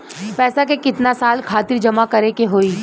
पैसा के कितना साल खातिर जमा करे के होइ?